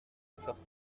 affaires